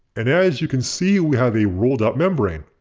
and as you can see we have a rolled up membrane.